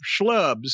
schlubs